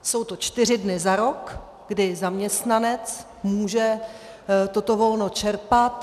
Jsou to čtyři dny za rok, kdy zaměstnanec může toto volno čerpat.